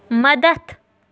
مدد